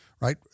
right